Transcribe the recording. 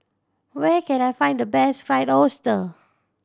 where can I find the best Fried Oyster